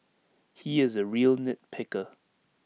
he is A real nit picker